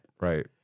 Right